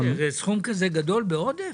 מה זה, סכום כזה גדול בעודף?